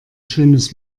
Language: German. schönes